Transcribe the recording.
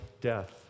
death